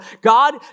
God